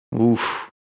Oof